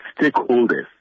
stakeholders